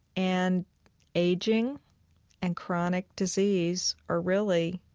and aging and chronic disease are really,